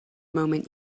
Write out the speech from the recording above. moment